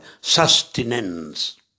sustenance